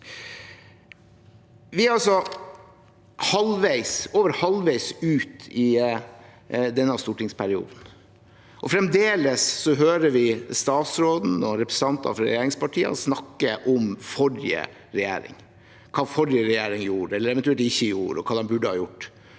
Vi er altså over halvveis ut i denne stortingsperioden. Fremdeles hører vi statsråden og representanter fra regjeringspartiene snakke om forrige regjering, hva forrige regjering gjorde eller eventuelt ikke gjorde, og hva de burde ha gjort.